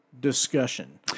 discussion